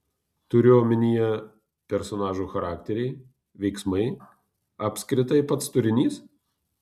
turiu omenyje personažų charakteriai veiksmai apskritai pats turinys